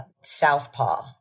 Southpaw